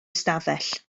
stafell